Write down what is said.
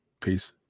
Peace